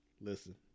listen